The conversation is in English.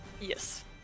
Yes